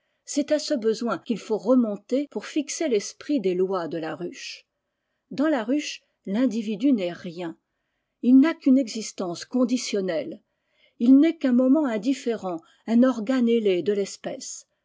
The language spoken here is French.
c'est à ce besoin qu'il faut remonter our fixer l'esprit des lois de la ruche dans la piiche l'individu n'est rien il n'a qu'une existence conditionnelle il n'est qu'un moment indififérenl un organe ailé de l'espèce